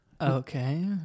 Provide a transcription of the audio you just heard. Okay